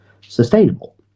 sustainable